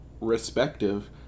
respective